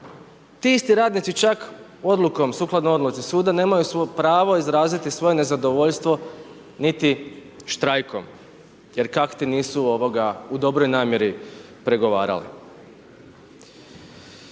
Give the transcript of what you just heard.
Ti isti radnici čak odlukom, sukladno odluci suda nemaju svoje pravo izraziti svoje nezadovoljstvo niti štrajkom jer kakti' nisu u dobroj namjeri pregovarali.